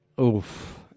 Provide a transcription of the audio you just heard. oof